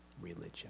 religion